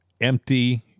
empty